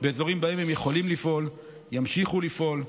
באזורים שבהם הם יכולים לפעול, ימשיכו לפעול.